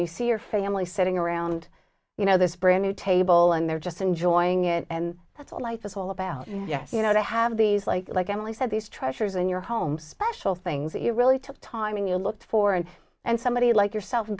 you see your family sitting around you know this brand new table and they're just enjoying it and that's what life is all about yes you know they have these like like emily said these treasures in your home special things that really took time and you looked for it and somebody like yourself and